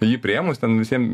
jį priėmus ten visiem